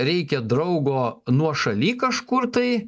reikia draugo nuošaly kažkur tai